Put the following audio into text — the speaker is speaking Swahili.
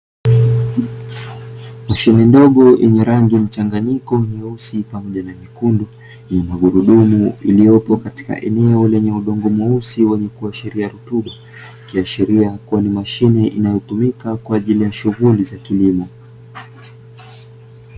Mashine ndogo yenye rangi mchanganyiko nyeusi pamoja na nyekundu yenye magurudumu, iliopo katika eneo lenye udongo mweusi wenye kuashiria rutuba. Ikiashiria kuwa ni mashine inayotumika kwa ajili ya shughuli za kilimo.